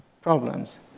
problems